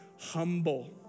humble